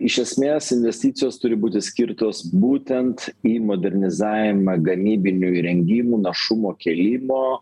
iš esmės investicijos turi būti skirtos būtent į modernizavimą gamybinių įrengimų našumo kėlimo